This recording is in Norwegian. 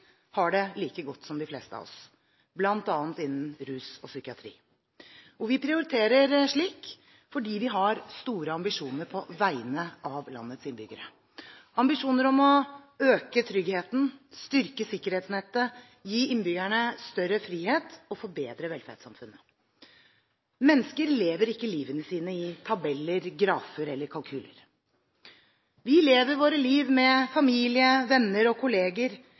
har det like godt som de fleste av oss, bl.a. innen rus og psykiatri. Vi prioriterer slik fordi vi har store ambisjoner på vegne av landets innbyggere – ambisjoner om å øke tryggheten, styrke sikkerhetsnettet, gi innbyggerne større frihet og forbedre velferdssamfunnet. Mennesker lever ikke livene sine i tabeller, grafer eller kalkyler. Vi lever våre liv med familie, venner og kolleger,